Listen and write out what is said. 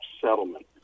settlement